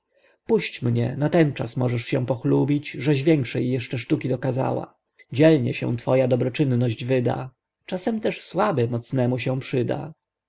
puść mnie natenczas możesz się pochlubić żeś większej jeszcze sztuki dokazała dzielnie się twoja dobroczynność wyda czasem też słaby mocnemu się przyda